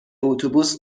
اتوبوس